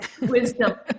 wisdom